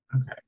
Okay